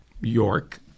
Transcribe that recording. York